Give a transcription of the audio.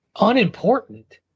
unimportant